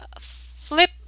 flip